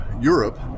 Europe